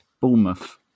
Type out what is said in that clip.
Bournemouth